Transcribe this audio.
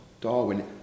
Darwin